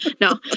No